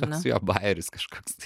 toks jo bajeris kažkoks tai